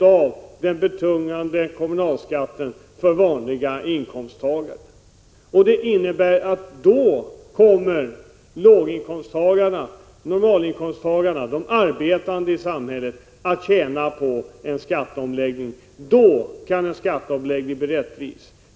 av den betungande kommunalskatten för vanliga inkomsttagare. Det innebär att lågoch normalinkomsttagarna, de arbetande i samhället, kommer att tjäna på en skatteomläggning. Då kan en skatteomläggning bli rättvis.